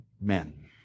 men